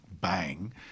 bang